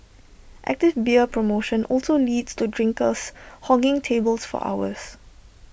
active beer promotion also leads to drinkers hogging tables for hours